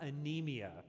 anemia